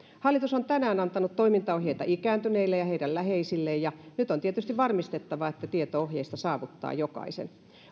hallitus on tänään antanut toimintaohjeita ikääntyneille ja heidän läheisilleen ja nyt on tietysti varmistettava että tieto ohjeista saavuttaa jokaisen